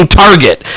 target